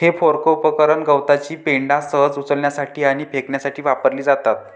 हे फोर्क उपकरण गवताची पेंढा सहज उचलण्यासाठी आणि फेकण्यासाठी वापरली जातात